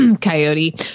coyote